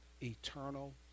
eternal